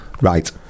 right